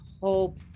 hope